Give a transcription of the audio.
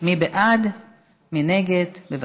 בעמידה עקרונית על נושאים שהם חשובים מאוד,